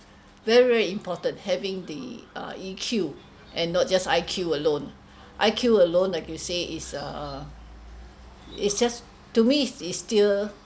very very important having the uh E_Q and not just I_Q alone I_Q alone like you say is uh it's just to me is still